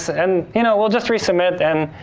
and you know, we'll just resubmit, and